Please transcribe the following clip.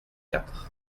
quatre